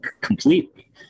completely